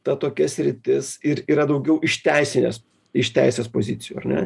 tad tokia sritis ir yra daugiau iš teisinės iš teisės pozicijų ar ne